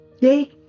day